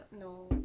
No